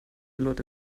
leute